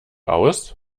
aus